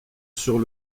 sur